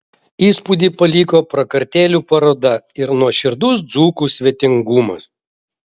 įspūdį paliko prakartėlių paroda ir nuoširdus dzūkų svetingumas